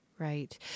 Right